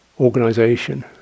organization